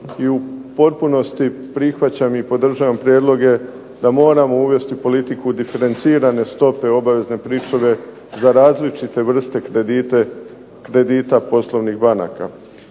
i u potpunosti prihvaćam i podržavam prijedloge da moramo uvesti politiku diferencirane stope obavezne pričuve za različite vrste kredita poslovnih banaka.